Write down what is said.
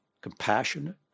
compassionate